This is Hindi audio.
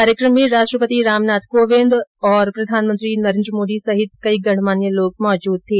कार्यक्रम में राष्ट्रपति रामनाथ कोविंद प्रधानमंत्री नरेन्द्र मोदी सहित कई गणमान्य लोग मौजूद थे